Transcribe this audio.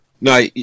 No